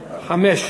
חמש.